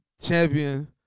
champion